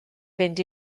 fynd